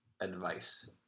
advice